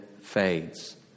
fades